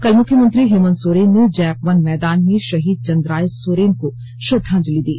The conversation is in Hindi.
कल मुख्यमंत्री हेमंत सोरेन ने जैप वन मैदान में शहीद चंद्राय सोरेन को श्रद्वांजलि दी